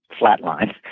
flatline